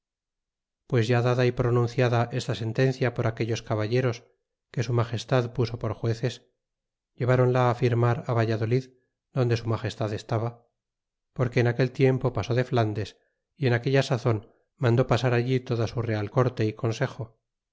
pues ya dada y pronunciada esta sentencia por aquellos caballeros que su magestad puso por jueces llevronla firmar valladolid donde su magestad estaba porque en aquel tiempo pasó de flandes y en aquella sazon mandó pasar allí toda su real corte y consejo